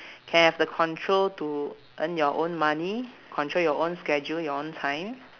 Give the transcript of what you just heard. can have the control to earn your own money control your own schedule your own time